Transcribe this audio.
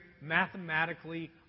mathematically